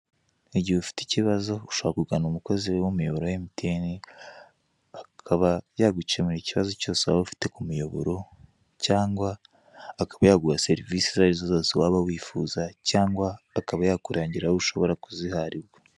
Igihe ufite ikibazo ushobora kugana umukozi w'umuyoboro wa emutiyeni, akaba yagukemurira ikibazo cyose waba ufite kumuyoboro, cyangwa akaba yaguha serivise zose waba wifuza cyangwa akaba yakurangira aho ushobora kuziharirwa.